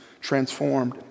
transformed